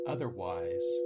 Otherwise